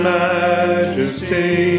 majesty